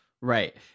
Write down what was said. right